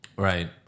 Right